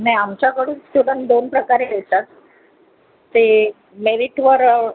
नाही आमच्याकडून स्टुडंट दोन प्रकारे घेतात ते मेरीटवर